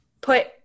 put